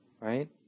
Right